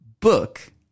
book